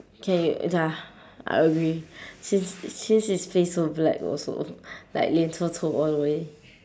K ya I agree since since his face so black also like 脸臭臭 all the way